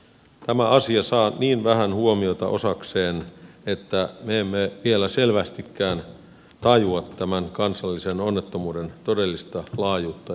tämä asia saa niin vähän huomiota osakseen että me emme vielä selvästikään tajua tämän kansallisen onnettomuuden todellista laajuutta ja luonnetta